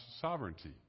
sovereignty